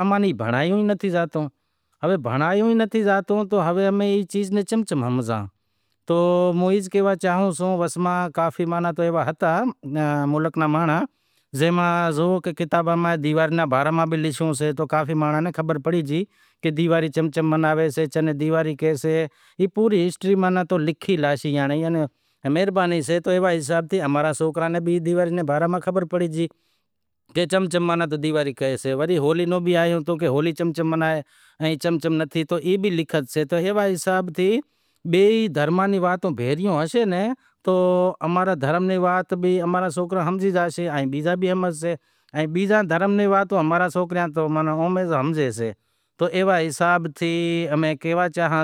آلا سیئاں ایوا نمونے تے بھیٹا زیکو بھی سے کریو زائسے پسے جیوو حال سے سیوا سیکری کری پسے ایئاں ناں پسے کرکیٹ بیگاں میں امیں شامل تھایاسیئاں ان کرکیٹ میں ای سے کہ امارے تقریبن ہزاریں مائنڑاں وڈیارا آوی سیں جیکو بھی امارو جیکو بھی سئے خرچ پانڑ ملی کراں سیئاں، چمکہ کرکیٹ ہیک شونق سئے شونق ای سے کہ ہر مانڑیں ای چائی سے کہ ام کرکیٹ رو